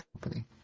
company